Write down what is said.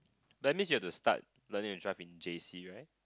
that means you have to start learning to drive in J_C right